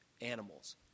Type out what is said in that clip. animals